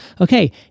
Okay